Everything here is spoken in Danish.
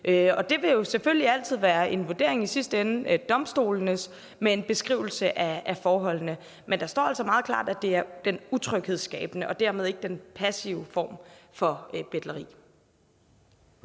og det vil jo selvfølgelig altid i sidste ende være domstolenes vurdering med en beskrivelse af forholdene. Men der står altså meget klart, at det er den utryghedsskabende og dermed ikke den passive form for betleri.